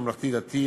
ממלכתי-דתי,